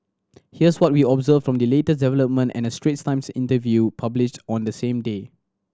here's what we observed from the latest development and a Straits Times interview published on the same day